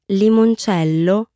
limoncello